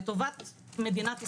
לטובת מדינת ישראל,